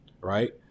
right